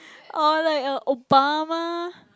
uh like uh Obama